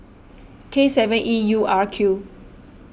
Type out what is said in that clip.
K seven E U R Q